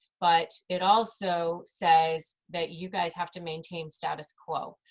but it also says that you guys have to maintain status quo.